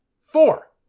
four